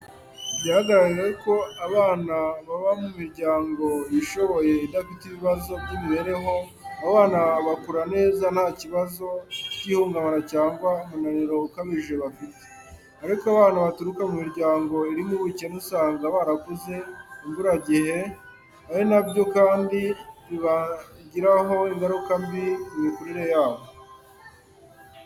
Byagaragaye ko abana baba mu miryango yishoboye idafite ibibazo by'imibereho, abo bana bakura neza ntakibazo cy'ihungabana cyangwa umunaniro ukabije bafite. Ariko abana baturuka mu miryango irimo ubukene usanga barakuze imburagihe ari na byo kandi bibagiraho ingaruka mbi mu mikurire yabo.